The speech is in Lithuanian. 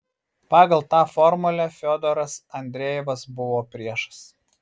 pagal tą formulę fiodoras andrejevas buvo priešas